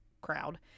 crowd